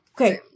Okay